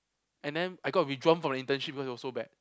and then I got withdrawn from my internship because it was so bad